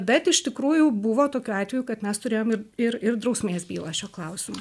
bet iš tikrųjų buvo tokių atvejų kad mes turėjom ir ir ir drausmės bylą šiuo klausimu